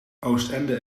oostende